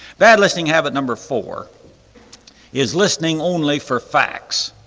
bad listening habit number four is listening only for facts.